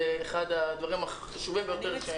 זה אחד הדברים החשובים ביותר.